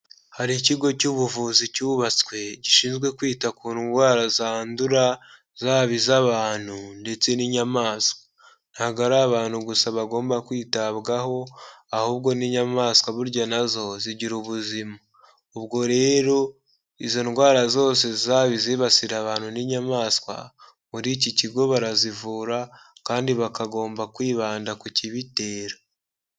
Hari ikigo cy'ubuvuzi cyubatswe gishinzwe kwita ku ndwara zandura, zaba iz'abantu ndetse n'inyamaswa. Ntabwo ari abantu gusa bagomba kwitabwaho, ahubwo n'inyamaswa burya na zo zigira ubuzima. Ubwo rero, izo ndwara zose zaba izibasira abantu n'inyamaswa, muri iki kigo barazivura, kandi bakagomba kwibanda ku kibitera.